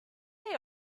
they